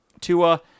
Tua